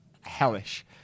hellish